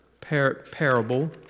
parable